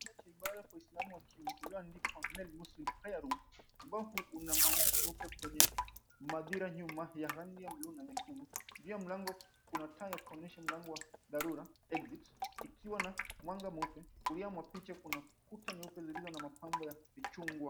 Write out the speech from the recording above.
...cha ibada kwa Uislamu wakiulizwa andikwa mail Muslim prayer room , ambapo una maandishi meupe kwenye madhira nyuma ya rangi ya bluu na nyekundu. Juu ya mlango kuna taa ya kuonyesha mlango wa dharura, exit , ikiwa na mwanga mweupe. Kulia mwa picha unakuta nyeupe zilizo na mapambo ya vichunguzi.